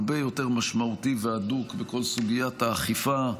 הרבה יותר משמעותי והדוק בכל סוגיית האכיפה,